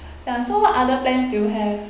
ya so what other plans do you have